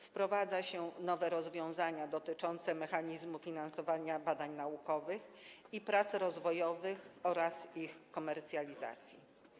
Wprowadza się nowe rozwiązania dotyczące mechanizmu finansowania badań naukowych i prac rozwojowych oraz ich komercjalizacji.